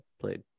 played